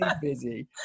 busy